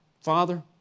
Father